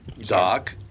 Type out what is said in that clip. Doc